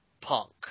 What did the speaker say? Punk